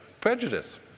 prejudice